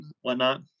whatnot